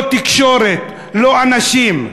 לא תקשורת, לא אנשים.